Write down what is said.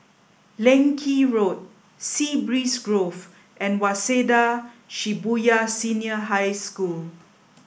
Leng Kee Road Sea Breeze Grove and Waseda Shibuya Senior High School